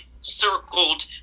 circled